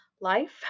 life